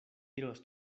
iros